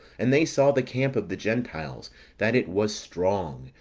and they saw the camp of the gentiles that it was strong,